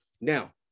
Now